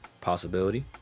possibility